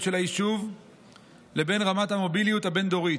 של היישוב לבין רמת המוביליות הבין-דורית.